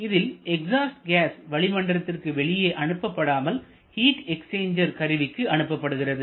இதில் exhaust gas வளிமண்டலத்திற்கு வெளியே அனுப்பப்படாமல் ஹீட் எக்ஸ்சேஞ்சர் கருவிக்கு அனுப்பப்படுகிறது